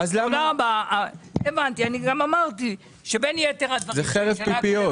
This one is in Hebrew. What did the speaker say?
אני גם אמרתי שבין יתר הדברים --- זה חרב פיפיות.